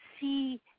see